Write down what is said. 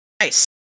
Nice